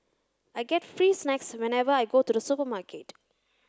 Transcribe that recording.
I get free snacks whenever I go to the supermarket